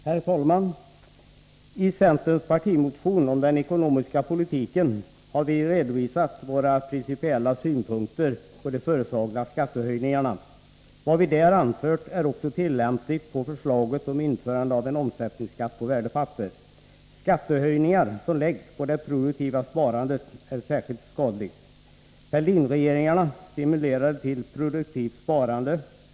Herr talman! I centerns partimotion om den ekonomiska politiken har vi redovisat våra principiella synpunkter på de föreslagna skattehöjningarna. Vad vi där anfört är också tillämpligt på förslaget om införande av en omsättningsskatt på värdepapper. Skattehöjningar som läggs på det produktiva sparandet är särskilt skadliga. Fälldinregeringarna stimulerade till produktivt sparande.